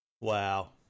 Wow